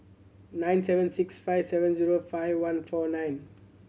nine seven six five seven zero five one four nine